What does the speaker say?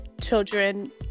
children